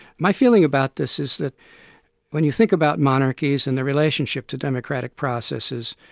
my feeling about this is that when you think about monarchies and their relationship to democratic processes,